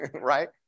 right